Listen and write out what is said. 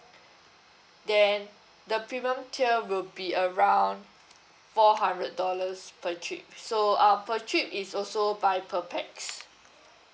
then the premium tier will be around four hundred dollars per trip so um per trip is also by per pax